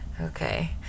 okay